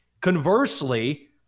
Conversely